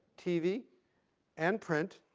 tv and print,